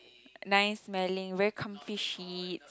nice smelling very comfy sheets